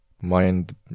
mind